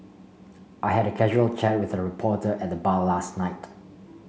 I had a casual chat with a reporter at the bar last night